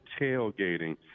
tailgating